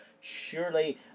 surely